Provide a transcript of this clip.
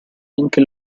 anche